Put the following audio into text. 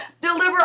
Deliver